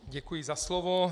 Děkuji za slovo.